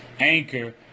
anchor